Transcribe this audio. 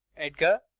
edgar,